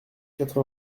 quatre